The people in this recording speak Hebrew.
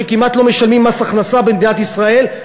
שכמעט לא משלמים מס הכנסה במדינת ישראל,